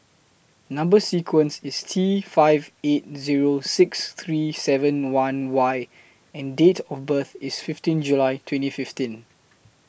Number sequence IS T five eight Zero six three seven one Y and Date of birth IS fifteen July twenty fifteen